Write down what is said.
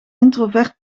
introvert